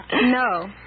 No